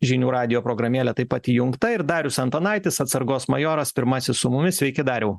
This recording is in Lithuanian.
žinių radijo programėlė taip pat įjungta ir darius antanaitis atsargos majoras pirmasis su mumis sveiki dariau